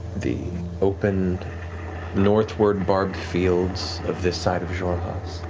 the open northward barbed fields of this side of xhorhas.